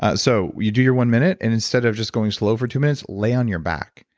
ah so you do your one minute and instead of just going slow for two minutes, lay on your back,